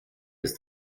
ist